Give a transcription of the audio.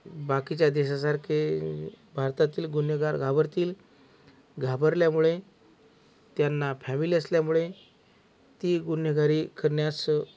बाकीच्या देशासारखे भारतातील गुन्हेगार घाबरतील घाबरल्यामुळे त्यांना फॅमिली असल्यामुळे ती गुन्हेगारी करण्यास